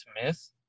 Smith